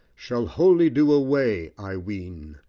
shall wholly do away, i ween,